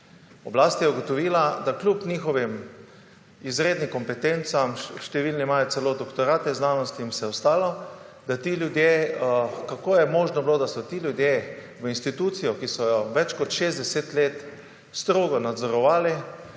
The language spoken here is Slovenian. Oblast je ugotovila, da kljub njihovim izrednim kompetencam, številni imajo celo doktorate znanosti in vse ostalo, da kako je možno, da so ti ljudje v institucijo, ki so jo več kot 60 let strogo nadzorovali,